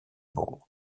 ball